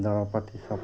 দৰৱ পাতি সব